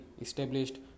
established